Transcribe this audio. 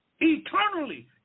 Eternally